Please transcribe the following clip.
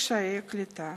כקשיי קליטה